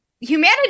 humanity